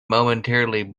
momentarily